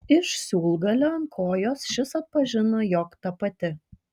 iš siūlgalio ant kojos šis atpažino jog ta pati